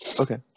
Okay